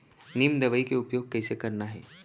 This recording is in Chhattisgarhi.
नीम दवई के उपयोग कइसे करना है?